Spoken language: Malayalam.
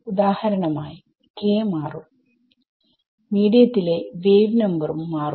ഉദാഹരണമായി k മാറും മീഡിയത്തിലെ വേവ് നമ്പറും മാറും